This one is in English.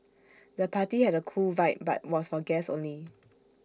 the party had A cool vibe but was for guests only